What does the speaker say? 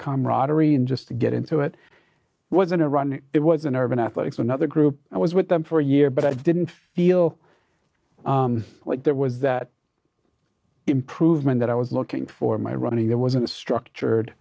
camaraderie and just to get into it wasn't a run it was an urban athletics another group i was with them for a year but i didn't feel like there was that improvement that i was looking for my running it was a structured